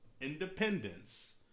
independence